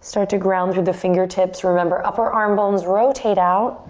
start to ground through the fingertips. remember, upper arm bones rotate out